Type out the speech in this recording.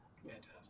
Fantastic